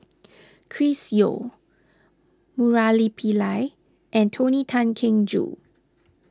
Chris Yeo Murali Pillai and Tony Tan Keng Joo